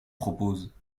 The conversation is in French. propose